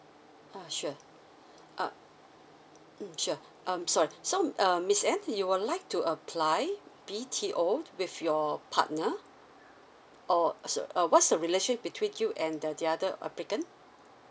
ah sure uh mm sure um sorry so uh miss anne you would like to apply B_T_O with your partner or sorry uh what's the relationship between you and the the other applicant